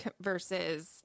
versus